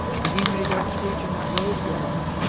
when he made that speech in that rose garden,